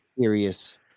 serious